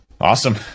Awesome